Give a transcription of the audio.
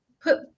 put